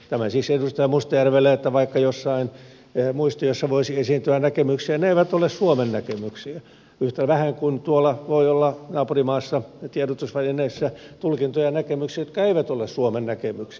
tämä siis edustaja mustajärvelle että vaikka jossain muistiossa voisi esiintyä näkemyksiä ne eivät ole suomen näkemyksiä yhtä vähän kuin tuolla voi olla naapurimaassa tiedotusvälineissä tulkintoja ja näkemyksiä jotka eivät ole suomen näkemyksiä